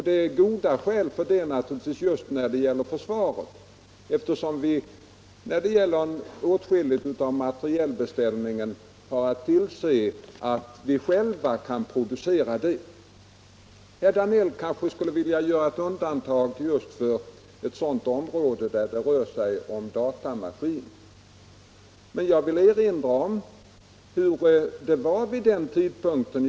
Det finns goda skäl för det just när det gäller försvaret, eftersom vi vid åtskilliga materielbeställningar har att tillse att vi själva kan producera det som erfordras. Herr Danell kanske skulle vilja göra ett undantag just för området datamaskiner, men jag vill erinra om situationen när maskinen beställdes.